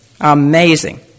Amazing